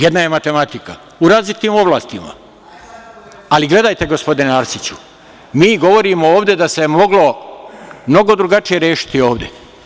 Jedna je matematika, u različitim oblastima, ali gledajte gospodine Arsiću, mi govorimo ovde da se moglo mnogo drugačije rešiti ovde.